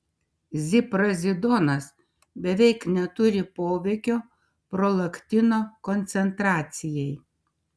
ziprazidonas beveik neturi poveikio prolaktino koncentracijai